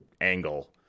angle